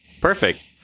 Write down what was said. Perfect